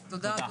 תודה.